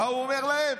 מה הוא אומר להם?